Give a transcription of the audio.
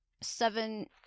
seven